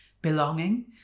belonging